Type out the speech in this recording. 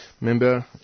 member